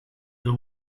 the